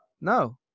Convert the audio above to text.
No